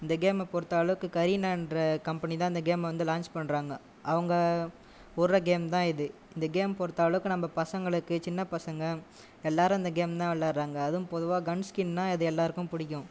இந்த கேமை பொறுத்த அளவுக்கு கரீனான்ற கம்பெனி தான் இந்த கேம் வந்து லான்ச் பண்ணுறாங்க அவங்க விட்ற கேம் தான் இது இந்த கேம் பொறுத்த அளவுக்கு நம்ம பசங்களுக்கு சின்ன பசங்க எல்லாரும் அந்த கேம் தான் விளையாட்றாங்க அதுவும் பொதுவாக கன்ஸ்கின்னால் இது எல்லாருக்கும் பிடிக்கும்